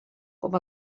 com